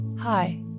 Hi